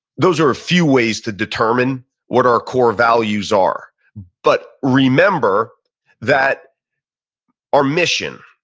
those are a few ways to determine what our core values are but remember that our mission,